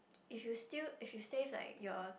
if you still if you save like your